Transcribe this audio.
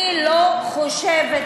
אני לא חושבת,